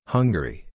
Hungary